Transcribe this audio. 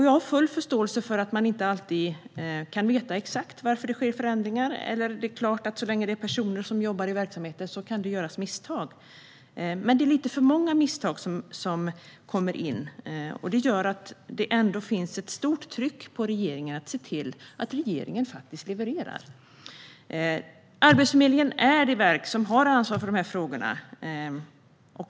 Jag har full förståelse för att man inte alltid kan veta exakt varför det sker förändringar, och det är klart att så länge det är personer som jobbar i verksamheten kan det göras misstag - men det är lite för många misstag, och det gör att det finns ett stort tryck på regeringen att faktiskt leverera. Arbetsförmedlingen är det verk som har ansvar för de här frågorna.